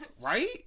Right